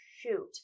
Shoot